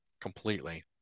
completely